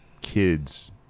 kids